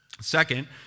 Second